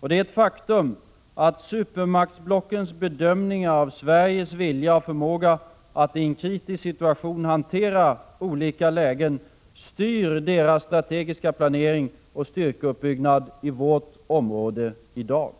Det är ett faktum att supermaktsblockens bedömningar av Sveriges vilja och förmåga att i en kritisk situation hantera olika lägen styr deras strategiska planering och styrkeuppbyggnad i vårt område i dag.